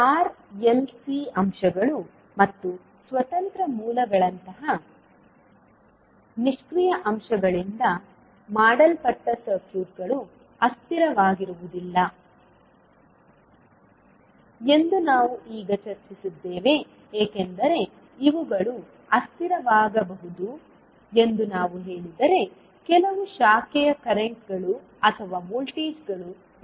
R L C ಅಂಶಗಳು ಮತ್ತು ಸ್ವತಂತ್ರ ಮೂಲಗಳಂತಹ ನಿಷ್ಕ್ರಿಯ ಅಂಶಗಳಿಂದ ಮಾಡಲ್ಪಟ್ಟ ಸರ್ಕ್ಯೂಟ್ಗಳು ಅಸ್ಥಿರವಾಗಿರುವುದಿಲ್ಲ ಎಂದು ನಾವು ಈಗ ಚರ್ಚಿಸಿದ್ದೇವೆ ಏಕೆಂದರೆ ಇವುಗಳು ಅಸ್ಥಿರವಾಗಬಹುದು ಎಂದು ನಾವು ಹೇಳಿದರೆ ಕೆಲವು ಶಾಖೆಯ ಕರೆಂಟ್ಗಳು ಅಥವಾ ವೋಲ್ಟೇಜ್ಗಳು ಇರುತ್ತವೆ